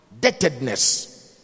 debtedness